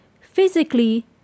Physically